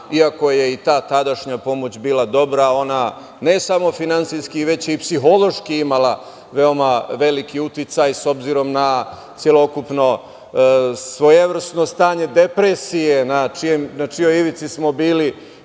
iako je i ta tadašnja pomoć bila dobra, ona ne samo finansijski već i psihološki je imala veoma veliki uticaj, obzirom na celokupno svojevrsno stanje depresije na čijoj ivici smo bili